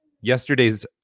yesterday's